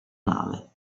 nave